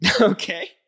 Okay